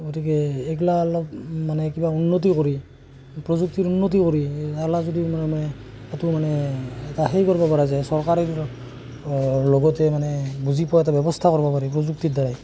গতিকে এইগিলা কিবা অলপ মানে কিবা উন্নতি কৰি প্ৰযুক্তিৰ উন্নতি কৰি আলা যদি মানে এইটো মানে এটা সেই কৰিব পৰা যায় চৰকাৰে ৰবটে মানে বুজি পোৱা এটা ব্যৱস্থা কৰিব পাৰি প্ৰযুক্তিৰ দ্বাৰাই